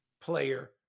player